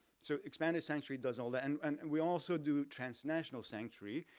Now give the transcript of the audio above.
so expanded sanctuary does all that. and and and we also do transnational sanctuary.